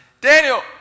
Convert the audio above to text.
Daniel